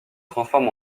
transforme